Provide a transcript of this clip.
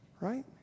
Right